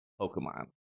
Pokemon